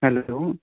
hello